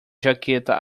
jaqueta